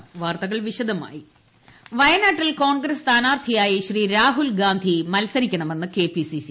രാഹുൽ വയനാട് വയനാട്ടിൽ കോൺഗ്രസ്സ് സ്ഥാനാർത്ഥിയായി രാഹുൽ ഗാന്ധി മത്സരിക്കണമെന്ന് കെ പി സി സി